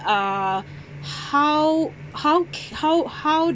uh how how ca~ how how